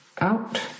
out